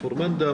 כפר מנדא,